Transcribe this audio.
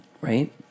Right